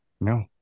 No